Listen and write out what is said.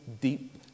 deep